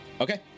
Okay